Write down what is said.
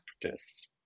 practice